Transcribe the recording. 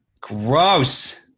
Gross